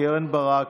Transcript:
קרן ברק,